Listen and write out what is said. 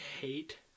hate